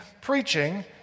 preaching